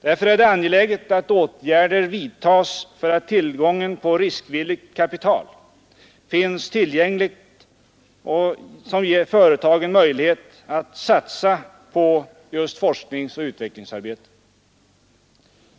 Därför är det angeläget att åtgärder vidtas för att tillgång finns på riskvilligt kapital som ger företagen möjlighet att satsa på forskningsoch utvecklingsarbete.